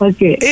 Okay